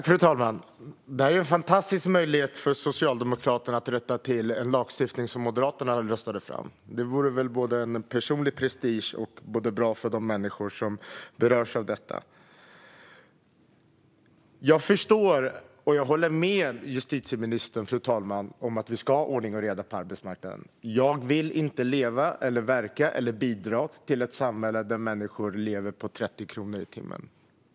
Fru talman! Det här är ju en fantastisk möjlighet för Socialdemokraterna att rätta till en lagstiftning som Moderaterna röstade fram. Det vore väl både en personlig prestige och bra för de människor som berörs av den. Fru talman! Jag håller med justitieministern om att vi ska ha ordning och reda på arbetsmarknaden. Jag vill inte leva och verka i eller bidra till ett samhälle där människor lever på 30 kronor i timmen.